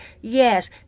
yes